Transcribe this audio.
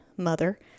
Mother